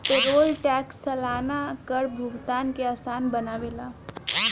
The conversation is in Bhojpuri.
पेरोल टैक्स सलाना कर भुगतान के आसान बनावेला